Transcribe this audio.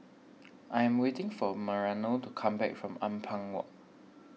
I am waiting for Mariano to come back from Ampang Walk